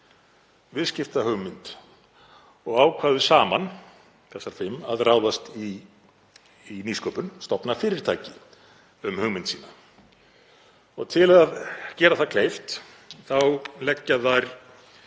viðskiptahugmynd og ákvæðu saman þessar fimm að ráðast í nýsköpun, stofna fyrirtæki um hugmynd sína. Til að gera það kleift þá leggja þær